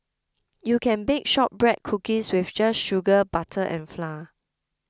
you can bake Shortbread Cookies just with sugar butter and flour